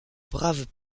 braves